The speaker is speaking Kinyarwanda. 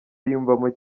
yiyumvamo